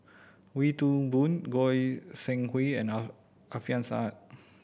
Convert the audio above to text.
Wee Toon Boon Goi Seng Hui and Alfian Sa'at